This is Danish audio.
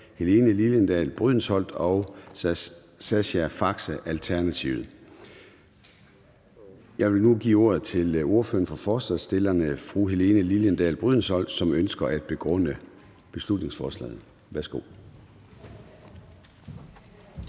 Kl. 20:47 Formanden (Søren Gade): Jeg vil nu give ordet til ordføreren for forslagsstillerne, fru Helene Liliendahl Brydensholt, som ønsker at begrunde beslutningsforslaget. Værsgo.